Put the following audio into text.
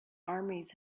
armies